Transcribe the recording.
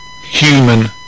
human